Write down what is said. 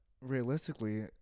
realistically